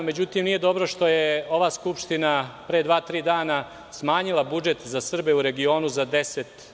Međutim, nije dobro što je ova Skupština pre dva - tri dana smanjila budžet za Srbe regionu za 10%